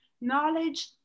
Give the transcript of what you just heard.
knowledge